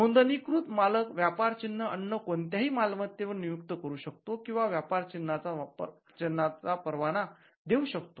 नोंदणीकृत मालक व्यापार चिन्ह अन्य कोणत्याही मालमत्तेवर नियुक्त करू शकतो किंवा व्यपार चिन्हाचा परवाना देऊ शकतो